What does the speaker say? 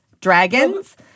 Dragons